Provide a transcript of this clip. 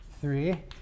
three